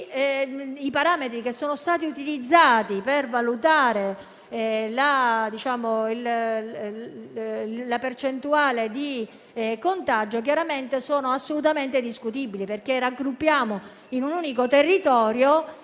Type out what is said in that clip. I parametri utilizzati per valutare la percentuale di contagio sono assolutamente discutibili, perché raggruppiamo in un unico territorio